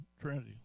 Trinity